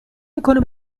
میکنه